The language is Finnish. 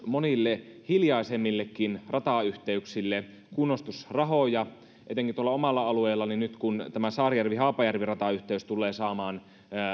monille hiljaisemmillekin ratayhteyksille kunnostusrahoja etenkin kun tuolla omalla alueellani nyt tämä saarijärvi haapajärvi ratayhteys tullee saamaan